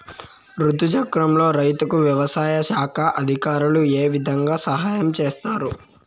రుతు చక్రంలో రైతుకు వ్యవసాయ శాఖ అధికారులు ఏ విధంగా సహాయం చేస్తారు?